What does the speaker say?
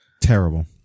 Terrible